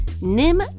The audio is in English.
Nim